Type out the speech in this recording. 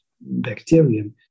bacterium